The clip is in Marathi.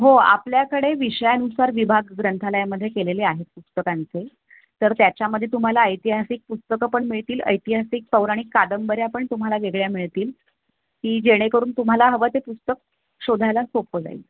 हो आपल्याकडे विषयानुसार विभाग ग्रंथालयामध्ये केलेले आहेत पुस्तकांचे तर त्याच्यामध्ये तुम्हाला ऐतिहासिक पुस्तकं पण मिळतील ऐतिहासिक पौराणिक कादंबऱ्या पण तुम्हाला वेगळ्या मिळतील की जेणेकरून तुम्हाला हवं ते पुस्तक शोधायला सोपं जाईल